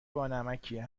بانمکیه